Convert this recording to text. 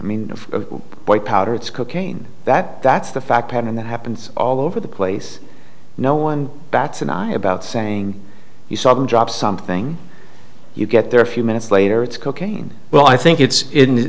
of white powder it's cocaine that that's the fact and that happens all over the place no one bats an eye about saying you saw them drop something you get there a few minutes later it's cocaine well i think it's